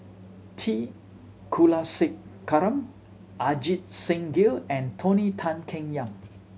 T Kulasekaram Ajit Singh Gill and Tony Tan Keng Yam